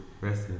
Rest